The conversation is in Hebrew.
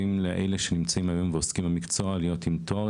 אלה שעוסקים היום במקצוע לא חייבים להיות עם תואר.